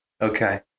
Okay